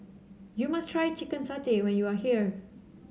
you must try Chicken Satay when you are here